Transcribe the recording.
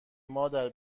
مادر